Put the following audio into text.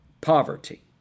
poverty